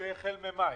החל מחודש מאי.